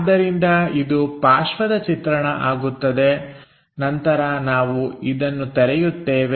ಆದ್ದರಿಂದ ಇದು ಪಾರ್ಶ್ವದ ಚಿತ್ರಣ ಆಗುತ್ತದೆ ನಂತರ ನಾವು ಇದನ್ನು ತೆರೆಯುತ್ತೇವೆ